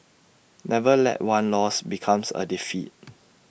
never let one loss become A defeat